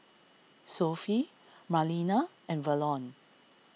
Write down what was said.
Sophie Marlena and Verlon